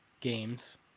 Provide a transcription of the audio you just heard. games